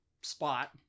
spot